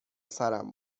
سرم